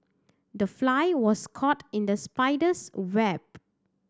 the fly was caught in the spider's web